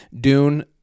Dune